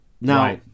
Now